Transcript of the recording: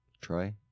Troy